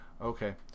Okay